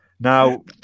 Now